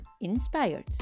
inspired